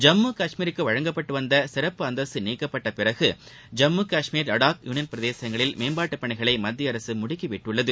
ஜம்மு காஷ்மீருக்கு வழங்கப்பட்டு வந்த சிறப்பு அந்தஸ்து நீக்ககப்பட்ட பிறகு ஜம்மு காஷ்மீர் லடாக் யூனியன் பிரதேசங்களில் மேம்பாட்டுப்பணிகளை மத்திய அரசு முடுக்கி விட்டுள்ளது